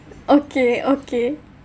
okay okay